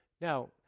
Now